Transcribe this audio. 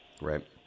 Right